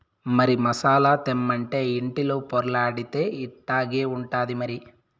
మరి మసాలా తెమ్మంటే ఇంటిలో పొర్లాడితే ఇట్టాగే ఉంటాది మరి